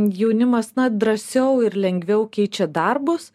jaunimas na drąsiau ir lengviau keičia darbus